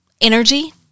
energy